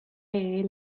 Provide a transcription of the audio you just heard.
eli